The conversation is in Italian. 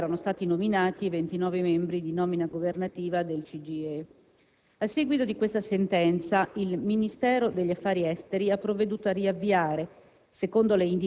con il quale erano stati nominati i 29 membri di nomina governativa del CGIE. A seguito di questa sentenza, il Ministero degli affari esteri ha provveduto a riavviare,